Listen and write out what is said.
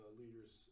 leaders